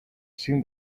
seen